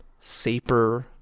Saper